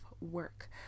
Work